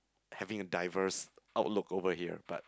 having a diverse outlook over here but